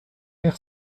air